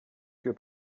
que